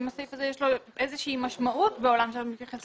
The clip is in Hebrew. אם לסעיף הזה יש איזושהי משמעות בעולם שמתייחס ל-15 אחוזים.